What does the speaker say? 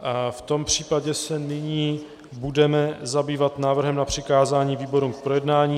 V tom případě se nyní budeme zabývat návrhem na přikázání výborům k projednání.